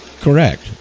Correct